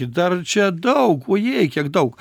ir dar čia daug ojei kiek daug